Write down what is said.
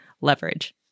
leverage